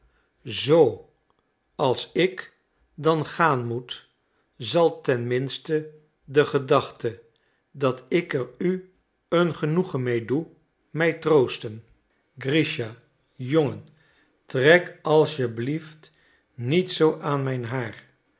zoo als ik dan gaan moet zal ten minste de gedachte dat ik er u een genoegen mee doe mij troosten grischa jongen trek alsjeblieft niet zoo aan mijn haar